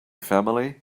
family